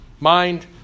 Mind